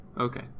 Okay